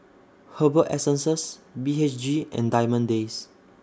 Herbal Essences B H G and Diamond Days